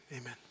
amen